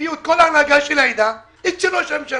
הביאו את כל ההנהגה של העדה אצל ראש הממשלה,